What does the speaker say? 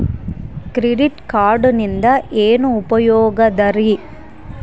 Credit ಕಾರ್ಡಿನಿಂದ ಏನು ಉಪಯೋಗದರಿ?